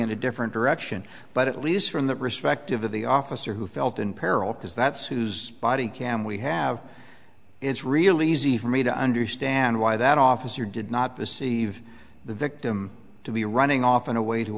a different direction but at least from the perspective of the officer who felt in peril because that's whose body can we have it's really easy for me to understand why that officer did not perceive the victim to be running off in a way to